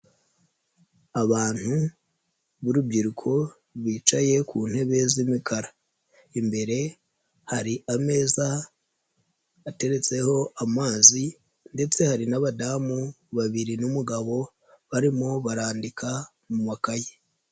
Abantu b'urubyiruko bicaye ku ntebe z'imikara, imbere hari ameza ateretseho amazi ndetse hari n'abadamu babiri n'umugabo barimo barandika mu makayi.